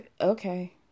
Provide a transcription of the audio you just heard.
Okay